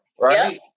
right